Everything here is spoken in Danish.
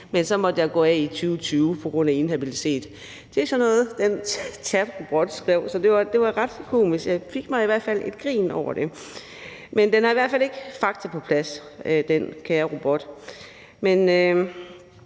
Men jeg måtte så gå af i 2020 på grund af inhabilitet. Det var sådan noget, den chatrobot skrev, så det var ret komisk. Jeg fik mig i hvert fald et grin over det. Men den kære robot har i hvert fald ikke fakta på plads. Men det